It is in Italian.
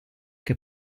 che